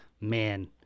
Man